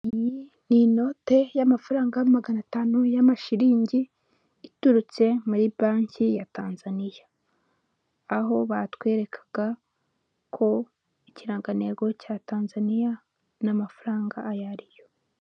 Iyi ni inote y'amafaranga magana atanu y'amashiriningi iturutse muri banki ya Tanzaniya, aho batwerekaga ko ikirangantego cya Tanzaniya n'amafaranga ayo ariyo.